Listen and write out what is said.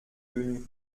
venu